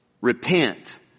Repent